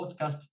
podcast